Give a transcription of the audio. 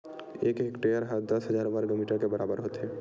एक हेक्टेअर हा दस हजार वर्ग मीटर के बराबर होथे